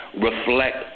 reflect